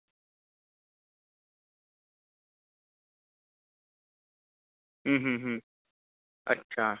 अं हं अच्छा